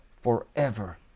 forever